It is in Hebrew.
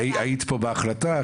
היית פה בהחלטה.